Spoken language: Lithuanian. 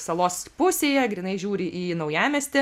salos pusėje grynai žiūri į naujamiestį